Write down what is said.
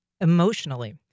emotionally